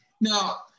Now